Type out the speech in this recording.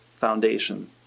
foundation